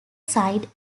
side